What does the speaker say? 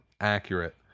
Accurate